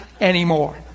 anymore